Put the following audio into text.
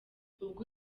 ubwo